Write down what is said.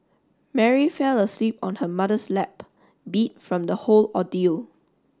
Mary fell asleep on her mother's lap beat from the whole ordeal